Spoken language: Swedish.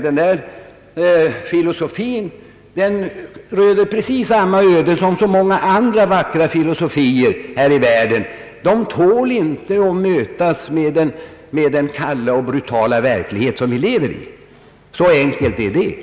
Den filosofin röner nämligen precis samma öde som många andra vackra filosofier här i världen — de tål inte att mötas av den kalla och brutala verklighet vi lever i. Så enkelt är